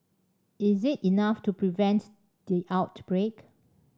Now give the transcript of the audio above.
is it enough to prevent the outbreak